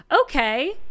okay